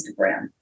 Instagram